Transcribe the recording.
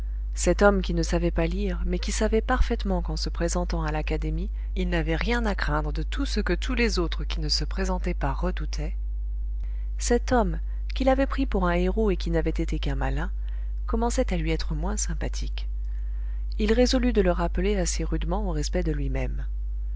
cet homme qui ne savait pas lire mais qui savait parfaitement qu'en se présentant à l'académie il n'avait rien à craindre de tout ce que tous les autres qui ne se présentaient pas redoutaient cet homme qu'il avait pris pour un héros et qui n'avait été qu'un malin commençait à lui être moins sympathique il résolut de le rappeler assez rudement au respect de lui-même